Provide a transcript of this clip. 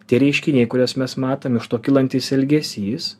tie reiškiniai kuriuos mes matom iš to kylantis ilgesys